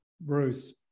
Bruce